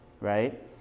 right